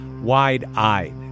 wide-eyed